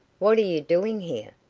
what are you doing here?